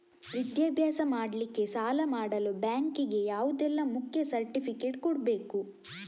ವಿದ್ಯಾಭ್ಯಾಸ ಮಾಡ್ಲಿಕ್ಕೆ ಸಾಲ ಮಾಡಲು ಬ್ಯಾಂಕ್ ಗೆ ಯಾವುದೆಲ್ಲ ಮುಖ್ಯ ಸರ್ಟಿಫಿಕೇಟ್ ಕೊಡ್ಬೇಕು?